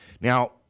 Now